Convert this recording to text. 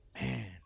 Man